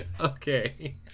Okay